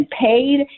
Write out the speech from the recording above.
paid